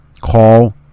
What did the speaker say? call